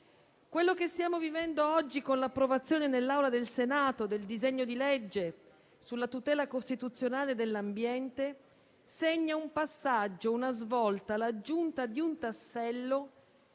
Quello che stiamo vivendo oggi, con l'approvazione nell'Aula del Senato del disegno di legge sulla tutela costituzionale dell'ambiente, segna un passaggio, una svolta, l'aggiunta di un tassello